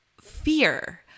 fear